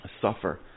suffer